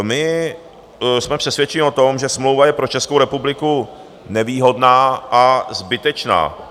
My jsme přesvědčeni o tom, že smlouva je pro Českou republiku nevýhodná a zbytečná.